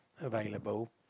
available